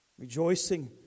Rejoicing